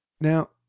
Now